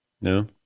No